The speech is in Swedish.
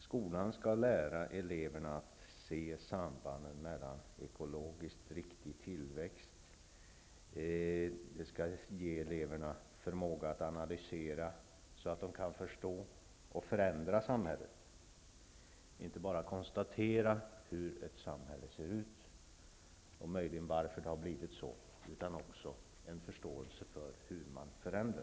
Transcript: Skolan skall lära eleverna att se sambanden när det gäller ekologiskt riktig tillväxt. Skolan skall ge eleverna förmåga att analysera, så att de kan förstå och förändra samhället. Det räcker inte att eleverna kan konstatera hur ett samhälle ser ut och möjligen varför det blivit som det blivit. Eleverna skall också ha en förståelse för hur man förändrar.